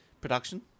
production